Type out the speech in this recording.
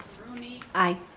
rooney. i.